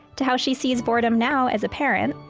to how she sees boredom now as a parent,